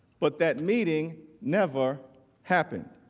but that meeting never happened.